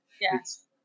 Yes